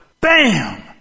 Bam